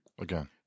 Again